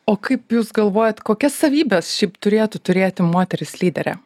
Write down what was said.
o kaip jūs galvojat kokias savybes šiaip turėtų turėti moteris lyderė